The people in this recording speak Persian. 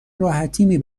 راحتی